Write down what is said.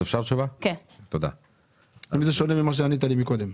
אתה יכול לסרב, עם כל הכבוד,